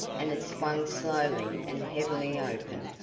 and it swung slowly and heavily open,